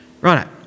Right